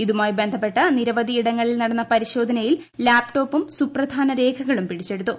ഇതുമായി ബന്ധപ്പെട്ട് നിരവധി ഇടങ്ങളിൽ നടന്ന പ്രിൽട്ട്ടോധ്നയിൽ ലാപ്ടോപ്പും സുപ്രധാന രേഖകളും പിടിച്ചെടുത്തു